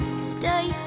Stay